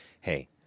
hey